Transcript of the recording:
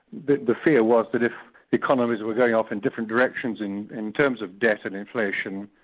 the the fear was that if economies were going off in different directions in in terms of debt and inflation,